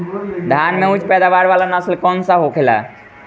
धान में उच्च पैदावार वाला नस्ल कौन सा होखेला?